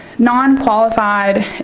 non-qualified